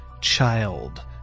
child